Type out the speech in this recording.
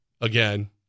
again